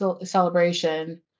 celebration